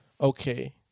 okay